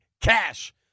Cash